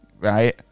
right